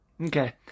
Okay